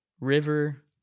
river